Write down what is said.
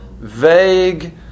vague